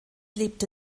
lebte